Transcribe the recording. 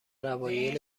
اوایل